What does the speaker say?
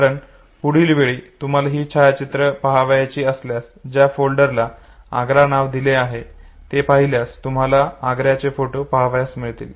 कारण पुढील वेळी तुम्हाला ही छायाचित्रे पहायची असल्यास ज्या फोल्डरला आग्रा नाव दिलेले आहे ते पाहिल्यास तुम्हाला आग्राचे फोटो पाहायला मिळतील